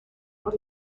por